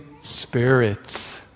spirits